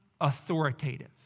authoritative